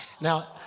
Now